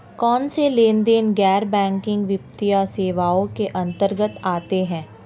कौनसे लेनदेन गैर बैंकिंग वित्तीय सेवाओं के अंतर्गत आते हैं?